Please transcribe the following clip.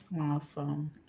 Awesome